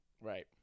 Right